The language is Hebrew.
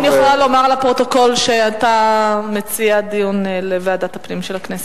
האם אני יכולה לומר לפרוטוקול שאתה מציע דיון בוועדת הפנים של הכנסת?